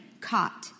caught